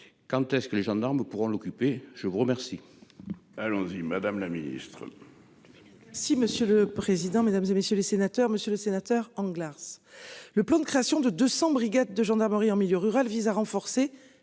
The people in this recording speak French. Quand est-ce que les gendarmes pourront l'occuper je vous remercie.